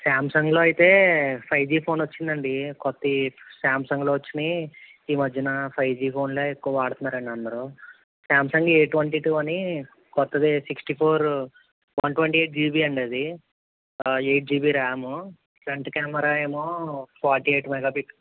శాంసంగ్లో అయితే five G phone వచ్చిందండి కొత్తవి శాంసంగ్లో వచ్చినాయి ఈ మధ్యన ఫైవ్ జి ఫోన్లే ఎక్కువ వాడుతున్నారండి అందరూ శాంసంగ్ ఏ ట్వంటీ టూ అని కొత్తది sixty four one twenty eight GB అండి అది eight GB RAM front camera ఏమో ఫార్టీ ఎయిట్ మెగా